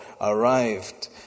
arrived